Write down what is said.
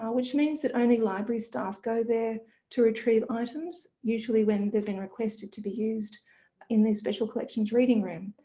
um which means that only library staff go there to retrieve items, usually when they've been requested to be used in the special collections reading room.